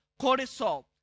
cortisol